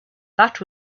that